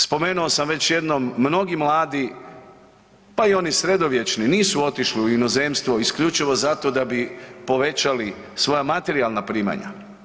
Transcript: Spomenuo sam već jednom, mnogi mladi, pa i oni sredovječni nisu otišli u inozemstvo isključivo zato da bi povećali svoja materijalna primanja.